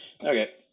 Okay